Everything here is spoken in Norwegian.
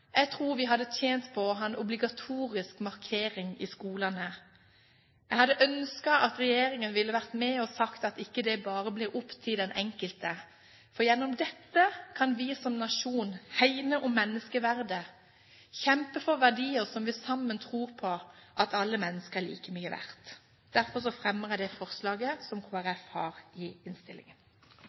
Jeg tror vi hadde tjent på å ha en obligatorisk markering i skolene. Jeg hadde ønsket at regjeringen ville være med og si at dette ikke bare blir opp til den enkelte, for gjennom dette kan vi som nasjon hegne om menneskeverdet, kjempe for verdier som vi sammen tror på, at alle mennesker er like mye verdt. Derfor fremmer jeg det forslaget som Kristelig Folkeparti har i innstillingen.